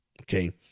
okay